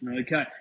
Okay